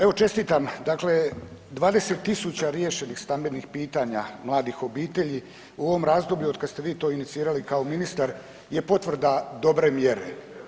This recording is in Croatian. Evo čestitam dakle, 20 000 riješenih stambenih pitanja mladih obitelji u ovom razdoblju od kad ste vi to inicirali kao ministar je potvrda dobre mjere.